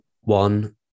one